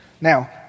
Now